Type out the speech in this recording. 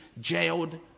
jailed